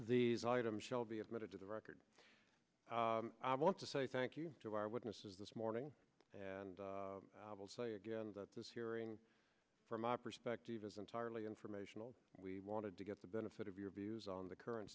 these items shall be admitted to the record i want to say thank you to our witnesses this morning and i will say again that this hearing from my perspective is entirely informational we wanted to get the benefit of your views on the current